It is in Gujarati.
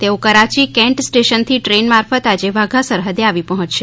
તેઓ કરાચી કેન્ટ સ્ટેશનથી દ્રેઇન મારફત આજે વાધા સરહદે આવી પહોંચશે